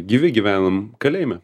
gyvi gyvenam kalėjime